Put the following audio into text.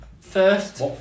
First